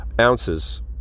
ounces